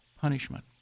punishment